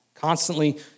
constantly